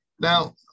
Now